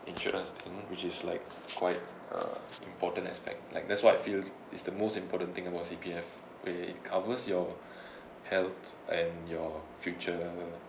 insurance thing which is like quite uh important aspect like that's what I feel is the most important thing about C_P_F where it covers your health and your future